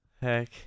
heck